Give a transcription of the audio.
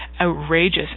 outrageous